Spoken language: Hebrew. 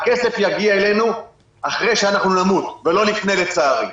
הכסף יגיע אלינו אחרי שנמות, ולא לפני, לצערי.